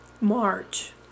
March